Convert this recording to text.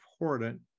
important